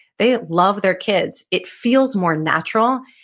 they ah love their kids. it feels more natural.